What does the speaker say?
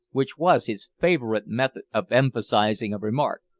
which was his favourite method of emphasising a remark,